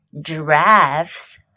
giraffes